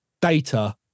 data